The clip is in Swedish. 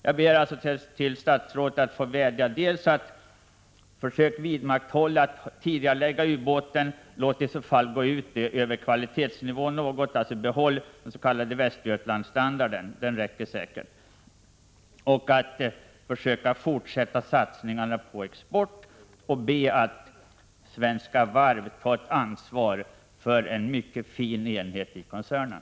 Jag vädjar till statsrådet: Försök att tidigarelägga ubåtsleveranser, även om det ekonomiskt förutsätter att man väljer bort en del av Ubåt 90 och i stället bygger vidare på den s.k. Västergötlandsstandarden. Fortsätt med satsningarna på export och be Svenska Varv att ta ett ansvar för en mycket fin enhet i koncernen.